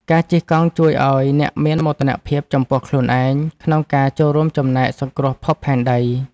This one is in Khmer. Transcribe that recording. ការជិះកង់ជួយឱ្យអ្នកមានមោទនភាពចំពោះខ្លួនឯងក្នុងការចូលរួមចំណែកសង្គ្រោះភពផែនដី។